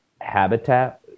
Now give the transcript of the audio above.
Habitat